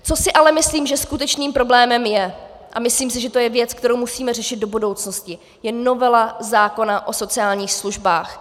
Co si ale myslím, že skutečným problémem je, a myslím si, že to je věc, kterou musíme řešit do budoucnosti, je novela zákona o sociálních službách.